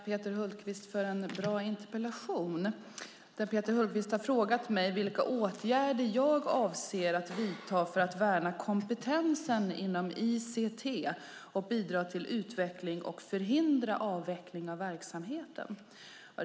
Peter Hultqvist har frågat mig vilka åtgärder jag avser att vidta för att värna kompetensen inom ICT och bidra till utveckling och förhindra avveckling av verksamheten.